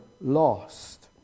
lost